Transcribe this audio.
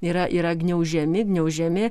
yra yra gniaužiami gniaužiami